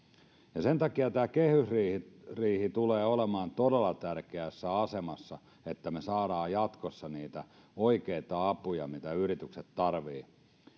sen takia tämä kehysriihi tulee olemaan todella tärkeässä asemassa niin että me saamme jatkossa niitä oikeita apuja mitä yritykset tarvitsevat